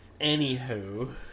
anywho